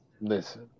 Listen